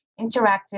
Interactive